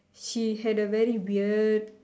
she had a very weird